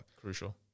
Crucial